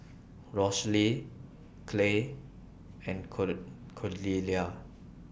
Rosalee Kaleigh and Cordelia